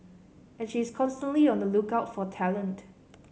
and she is constantly on the lookout for talent